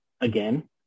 again